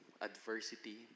adversity